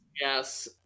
yes